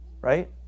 right